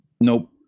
Nope